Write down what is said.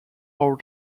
hour